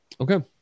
Okay